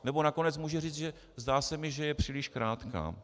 Nebo nakonec může říct, zdá se mi, že je příliš krátká.